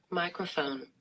microphone